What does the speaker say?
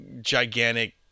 gigantic